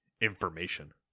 information